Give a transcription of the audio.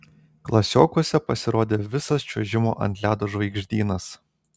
klasiokuose pasirodė visas čiuožimo ant ledo žvaigždynas